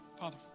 Father